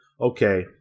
okay